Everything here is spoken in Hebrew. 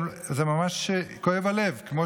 ממש כואב הלב על הדברים האלה.